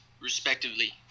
respectively